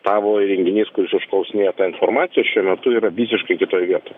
tavo įrenginys kuris užklausinėja tą informaciją šiuo metu yra visiškai kitoj vietoj